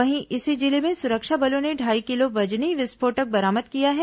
वहीं इसी जिले में सुरक्षा बलों ने ढाई किलो वजनी विस्फोटक बरामद किया है